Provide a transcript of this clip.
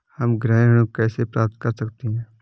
हम गृह ऋण कैसे प्राप्त कर सकते हैं?